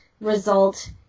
result